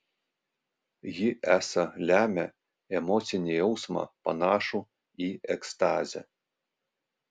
ji esą lemia emocinį jausmą panašų į ekstazę